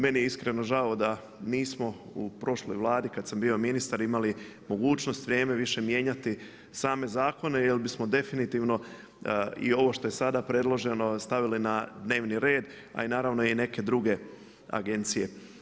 Meni je iskreno žao da nismo u prošloj vladi kad sam bio ministar imali mogućnost vrijeme više mijenjati same zakone, jer bismo definitivno i ovo što je sada predloženo stavili na dnevni red, a i naravno i neke druge agencije.